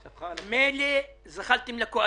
זה כולל את כולם, ללא יוצא מן הכלל.